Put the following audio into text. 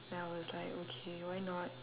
then I was like okay why not